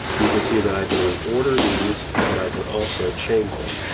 you can see that i can reorder these, but i can also change them.